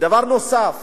ודבר נוסף,